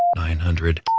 nine hundred,